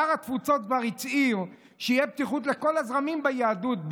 שר התפוצות כבר הצהיר שתהיה פתיחות לכל הזרמים ביהדות,